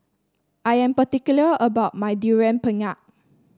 I am particular about my Durian Pengat